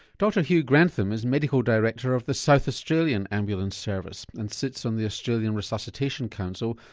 dr hugh grantham is medical director of the south australian ambulance service and sits on the australian resuscitation council,